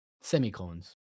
Semicolons